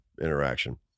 interaction